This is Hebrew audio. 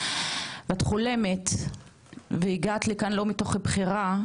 את חולמת והגעת לכאן לא מתוך בחירה,